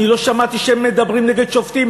אני לא שמעתי שהם מדברים נגד שופטים,